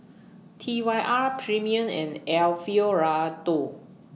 T Y R Premier and Alfio Raldo